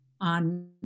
on